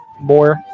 more